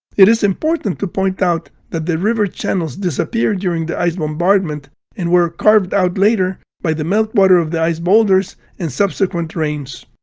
it is important to point out that the river channels disappeared during the ice bombardment and were carved out later by the meltwater of the ice boulders and subsequent rains.